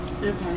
Okay